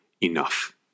enough